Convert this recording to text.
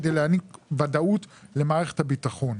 כדי להעניק ודאות למערכת הביטחון.